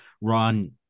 Ron